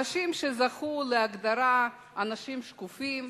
אנשים שזכו להגדרה "אנשים שקופים",